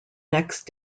next